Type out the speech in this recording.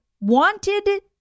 wanted